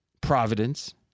Providence